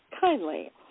kindly